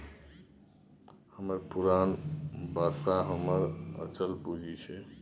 हमर पुरना बासा हमर अचल पूंजी छै